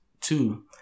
Two